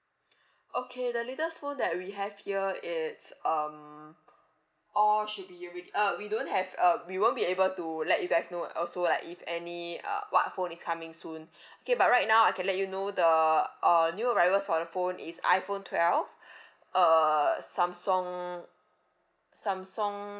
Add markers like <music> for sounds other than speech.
<breath> okay the latest phone that we have here it's um all should be already uh we don't have uh we won't be able to let you guys know also like if any uh what phone is coming soon <breath> okay but right now I can let you know the uh new arrivals for the phone is iphone twelve <breath> uh samsung samsung